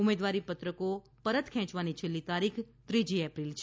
ઉમેદવારી પરત ખેંચવાની છેલ્લી તારીખ ત્રીજી એપ્રિલ છે